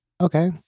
Okay